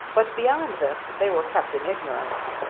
but beyond this they were kept in ignorance.